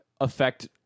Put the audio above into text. affect